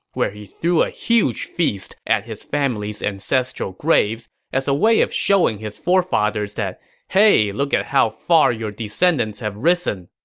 where he threw a huge feast at his family's ancestral graves as a way of showing his forefathers that hey, look how far your descendants have risen.